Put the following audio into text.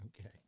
Okay